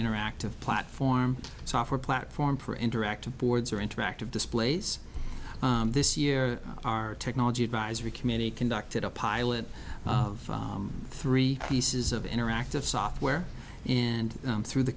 interactive platform software platform for interactive boards or interactive displays this year our technology advisory committee conducted a pilot of three pieces of interactive software and through the